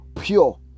pure